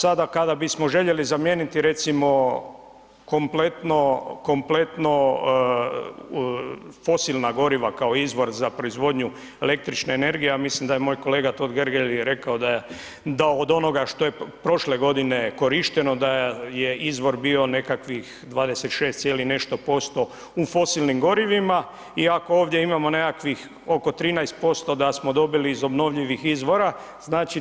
Sada kada bismo željeli zamijeniti recimo kompletno fosilna goriva kao izvor za proizvodnju električne energije, ja mislim da je moj kolega Totgergeli rekao da od onoga što je prošle godine korišteno da je izvor bio nekakvih 26, nešto posto u fosilnim gorivima i ako ovdje imamo nekakvih oko 13% da smo dobili iz obnovljivih izvora